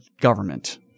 government